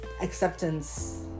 acceptance